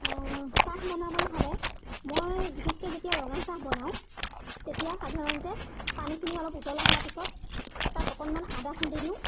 অঁ চাহ বনাবলৈ হ'লে মই বিশেষকৈ যেতিয়া ৰঙা চাহ বনাওঁ তেতিয়া সাধাৰণতে পানীখিনি অলপ উতল অহাৰ পিছত তাত অকণমান আদা খুন্দি দিওঁ